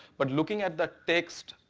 but looking at the text,